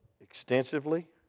extensively